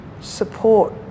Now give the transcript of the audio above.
support